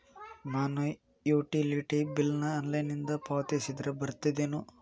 ನಾನು utility bill ನ ಆನ್ಲೈನಿಂದ ಪಾವತಿಸಿದ್ರ ಬರ್ತದೇನು?